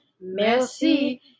Merci